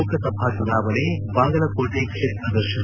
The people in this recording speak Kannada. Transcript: ಲೋಕಸಭಾ ಚುನಾವಣೆ ಬಾಗಲಕೋಟೆ ಕ್ಷೇತ್ರ ದರ್ತನ